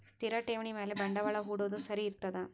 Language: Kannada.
ಸ್ಥಿರ ಠೇವಣಿ ಮ್ಯಾಲೆ ಬಂಡವಾಳಾ ಹೂಡೋದು ಸರಿ ಇರ್ತದಾ?